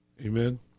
Amen